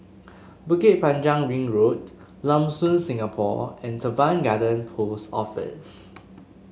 Bukit Panjang Ring Road Lam Soon Singapore and Teban Garden Post Office